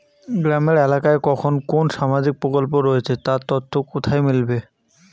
গ্রামের এলাকায় কখন কোন সামাজিক প্রকল্প রয়েছে তার তথ্য কোথায় মিলবে?